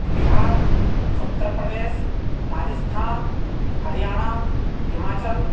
बिहारः उत्तरप्रदेशः राजस्थानं हरियाणा हिमाचलम्